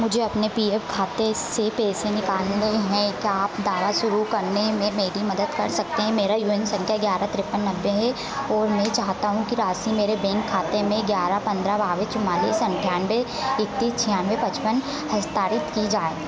मुझे अपने P F खाते से पैसे निकालने हैं क्या आप दावा शुरू करने में मेरी मदद कर सकते हैं मेरा यू एन संख्या ग्यारह तिरेपन नब्बे है और मैं चाहूंगा कि राशि मेरे बैंक खाते में ग्यारह पंद्रह बाईस चौवालीस अंठानबे एकतीस छियानवे पचपन हस्तांतरित की जाए